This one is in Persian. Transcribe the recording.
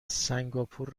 سنگاپور